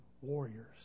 warriors